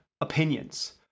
opinions